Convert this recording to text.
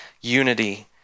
unity